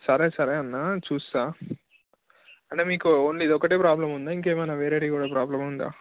సరే సరే అన్న చూస్తా అంటే మీకు ఓన్లీ ఇదొక్కటే ప్రాబ్లమ్ ఉందా ఇంకేవైనా వేరేవికూడా ప్రాబ్లమ్ ఉందా